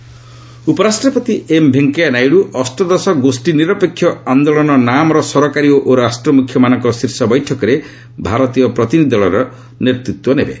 VP NAM ଉପରାଷ୍ଟ୍ରପତି M Venkaiah Naidu ଅଷ୍ଟଦଶ ଗୋଷ୍ଠୀ ନିରପେକ୍ଷ ଆନ୍ଦୋଳନ ନାମ୍ର ସରକାରୀ ଓ ରାଷ୍ଟ୍ର ମୁଖ୍ୟମାନଙ୍କ ଶୀର୍ଷ ବୈଠକରେ ଭାରତୀୟ ପ୍ରତିନିଧି ଦଳର ନେତୃତ୍ୱ ନେବେ